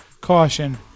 Caution